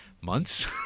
months